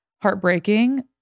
Heartbreaking